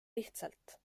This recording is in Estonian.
lihtsalt